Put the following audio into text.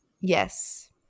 Yes